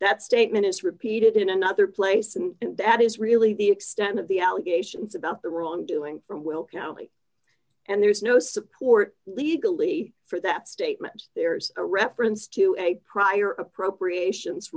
that statement is repeated in another place and that is really the extent of the allegations about the wrongdoing from will county and there is no support legally for that statement there's a reference to a prior appropriations